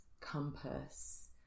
compass